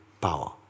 power